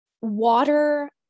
water